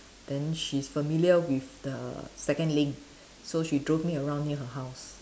then she's familiar with the second link so she drove me around near her house